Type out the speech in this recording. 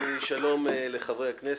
שלום לחברי הכנסת,